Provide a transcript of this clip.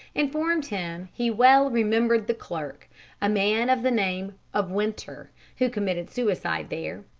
informed him he well remembered the clerk a man of the name of winter who committed suicide there,